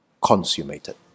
consummated